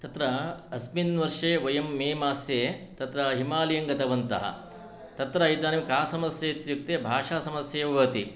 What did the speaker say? तत्र अस्मिन् वर्षे वयं मे मासे तत्र हिमालयङ्गतवन्तः तत्र इदानीं का समस्या इत्युक्ते भाषा समस्यैव भवति